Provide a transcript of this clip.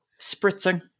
spritzing